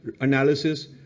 analysis